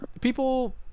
people